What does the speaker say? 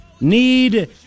need